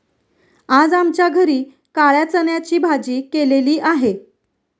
आज आमच्या घरी काळ्या चण्याची भाजी केलेली आहे